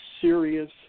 serious